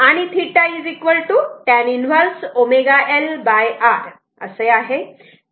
आणि θ tan 1 ω L R आहे